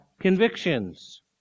convictions